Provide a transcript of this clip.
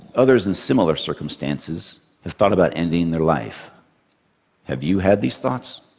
others in similar circumstances have thought about ending their life have you had these thoughts?